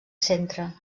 centre